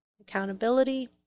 accountability